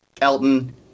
Elton